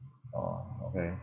orh okay